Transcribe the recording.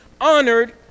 honored